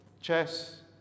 chess